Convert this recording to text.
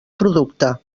producte